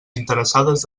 interessades